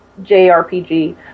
JRPG